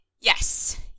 yes